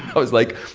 i was like,